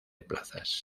plazas